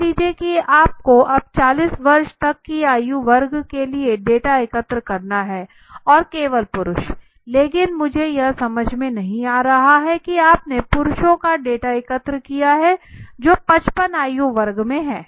मान लीजिए कि आपको अब 40 वर्ष तक के आयु वर्ग के लिए डेटा एकत्र करना है और केवल पुरुष लेकिन मुझे यह समझ में नहीं आ रहा है कि आपने पुरुषों का डेटा एकत्र किया है जो 55 आयु वर्ग में है